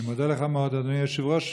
אני מודה לך מאוד, אדוני היושב-ראש.